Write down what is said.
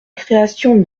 création